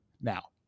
Now